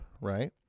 Right